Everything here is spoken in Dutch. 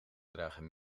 dragen